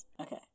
Okay